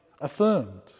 affirmed